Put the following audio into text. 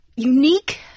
Unique